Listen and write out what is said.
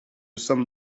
sommes